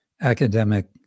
academic